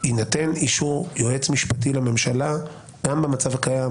ושיינתן אישור היועץ המשפטי לממשלה גם במצב הקיים,